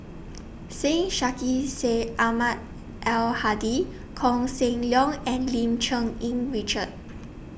Syed Sheikh Syed Ahmad Al Hadi Koh Seng Leong and Lim Cherng Yih Richard